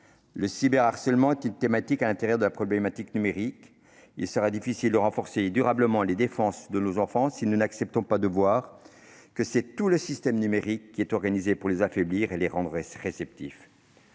Le cyberharcèlement est une thématique à l'intérieur de la problématique numérique. Il sera difficile de renforcer durablement les défenses de nos enfants si nous n'acceptons pas de voir que le système numérique tout entier est organisé pour les rendre réceptifs